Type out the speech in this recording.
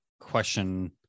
question